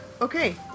okay